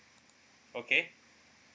okay